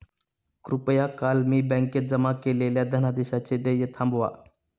कृपया काल मी बँकेत जमा केलेल्या धनादेशाचे देय थांबवा